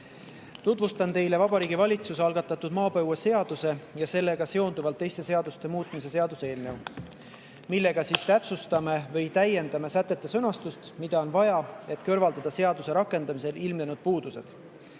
Tutvustan teile Vabariigi Valitsuse algatatud maapõueseaduse ja sellega seonduvalt teiste seaduste muutmise seaduse eelnõu, millega täpsustame või täiendame nende sätete sõnastust, mida on vaja, et kõrvaldada seaduse rakendamisel ilmnenud